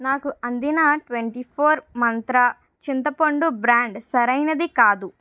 నాకు అందిన twenty four Mantra చింతపండు బ్రాండ్ సరైనది కాదు